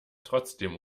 trotzdem